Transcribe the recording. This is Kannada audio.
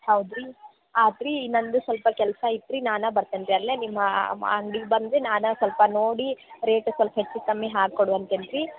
ಹೌದು ರೀ ಆತ್ರಿ ನನ್ನದು ಸ್ವಲ್ಪ ಕೆಲಸ ಐತ್ರಿ ನಾನೇ ಬರ್ತಿನಿ ರೀ ಅಲ್ಲೇ ನಿಮ್ಮ ಮ ಅಂಗಡಿಗೆ ಬಂದು ನಾನೇ ಸ್ವಲ್ಪ ನೋಡಿ ರೇಟು ಸ್ವಲ್ಪ ಹೆಚ್ಚು ಕಮ್ಮಿ ಹಾಕಿ ಕೊಡುವಂತಂತ್ರಿ